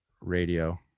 radio